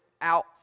out